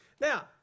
Now